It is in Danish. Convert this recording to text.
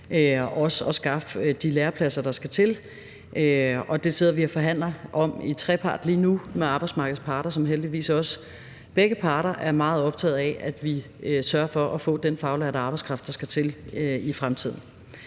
også at skaffe de lærepladser, der skal til. Og det sidder vi og forhandler om i trepart lige nu med arbejdsmarkedets parter, hvor begge parter heldigvis også er meget optaget af, at vi sørger for at få den faglærte arbejdskraft, der skal til i fremtiden.